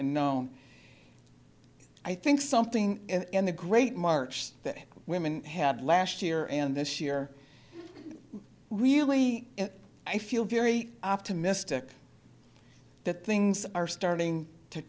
and known i think something in the great march that women had last year and this year really i feel very optimistic that things are starting to